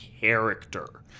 character